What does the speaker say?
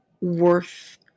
worth